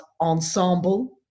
ensemble